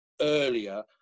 earlier